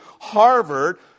Harvard